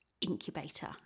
incubator